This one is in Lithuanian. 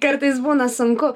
kartais būna sunku